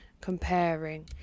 comparing